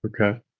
Okay